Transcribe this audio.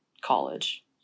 college